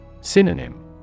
Synonym